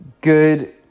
good